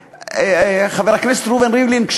חבר הכנסת ראובן ריבלין,